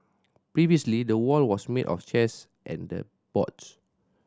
previously the wall was made of chairs and and boards